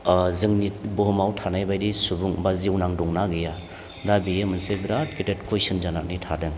ओ जोंनि बुहुमाव थानायबायदि सुबुं बा जिउनां दंना गैया दा बियो मोनसे बिराद गेदेद कुइसन जानानै थादों